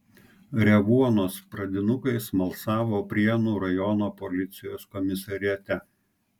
revuonos pradinukai smalsavo prienų rajono policijos komisariate